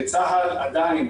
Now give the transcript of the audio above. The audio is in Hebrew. בצה"ל עדיין,